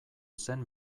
zen